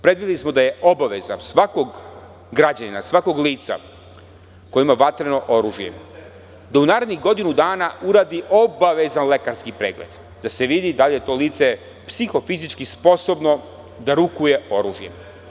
Predvideli smo da je obaveza svakog građanina, svakog lica ko ima vatreno oružje da u narednih godinu dana uradi obavezan lekarski pregled da se vidi da li je to lice psiho-fizički sposobno da rukuje oružjem.